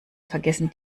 vergessen